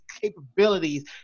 capabilities